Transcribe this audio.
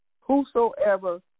Whosoever